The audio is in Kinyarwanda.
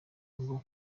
ngo